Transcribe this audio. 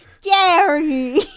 Gary